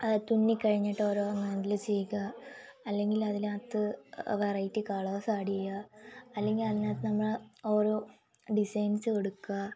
അത് തുന്നിക്കഴിഞ്ഞിട്ട് ഓരോന്ന് അതിൽ ചെയ്യുക അല്ലെങ്കിൽ അതിനകത്ത് വെറൈറ്റി കളേഴ്സ് ഏഡ്ഡ് ചെയ്യുക അല്ലെങ്കിൽ അതിനകത്ത് നമ്മൾ ഓരോ ഡിസൈൻസ് കൊടുക്കുക